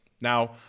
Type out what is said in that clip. Now